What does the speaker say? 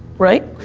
right?